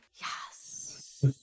Yes